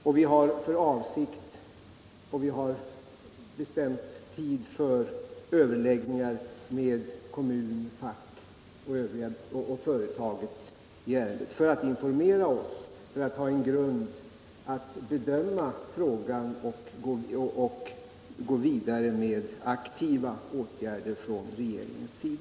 Och vi har bestämt tid för överläggningar med kommunen, facket och företaget i ärendet för att informera oss och få en grund för regeringens bedömning av frågan. Och för att kunna gå vidare med aktiva åtgärder.